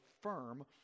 firm